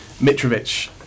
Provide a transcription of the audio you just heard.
Mitrovic